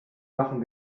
machen